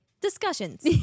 discussions